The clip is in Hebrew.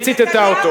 היא ציטטה אותו.